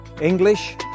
English